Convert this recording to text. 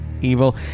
evil